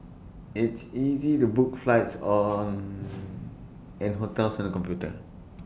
it's easy to book flights and hotels on the computer